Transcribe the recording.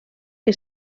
què